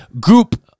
group